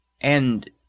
And—